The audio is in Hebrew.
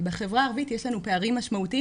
אבל בחברה הערבית יש לנו פערים משמעותיים